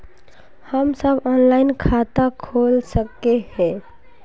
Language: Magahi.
हम सब ऑनलाइन खाता खोल सके है?